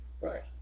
Right